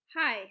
Hi